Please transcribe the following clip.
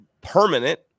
permanent